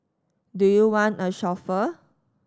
do you want a chauffeur